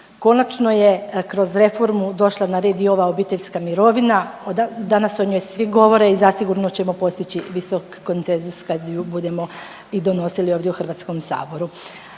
Konačno je kroz reformu došla na red i ova obiteljska mirovina. Danas o njoj svi govore i zasigurno ćemo postići visok konsenzus kad je budemo i donosili ovdje u Hrvatskom saboru.